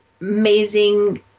amazing